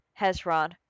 Hezron